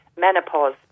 menopause